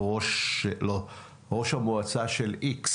ראש מועצה מסוימת.